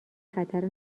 خطر